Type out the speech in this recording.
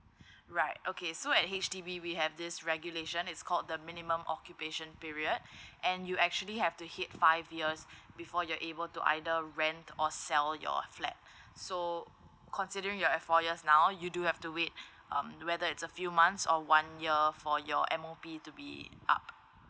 right okay so at H_D_B we have this regulation it's called the minimum occupation period and you actually have to hit five years before you're able to either rent or sell your flat so considering you're at four years now you do have to wait um whether it's a few months or one year for your M_O_P to be up